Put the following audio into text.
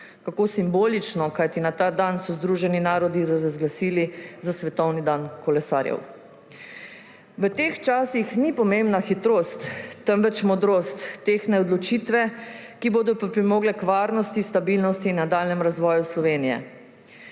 Kako simbolično, kajti ta dan so združeni narodi razglasili za svetovni dan kolesarjev. V teh časih ni pomembna hitrost, temveč modrost tehtnih odločitev, ki bodo pripomogle k varnosti, stabilnosti in nadaljnjemu razvoju Slovenije.